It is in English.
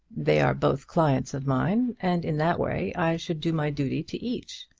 they are both clients of mine, and in that way i shall do my duty to each.